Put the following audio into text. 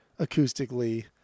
acoustically